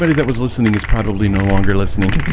but that was listening is probably no longer listening